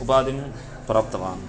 उपाधिं प्राप्तवान्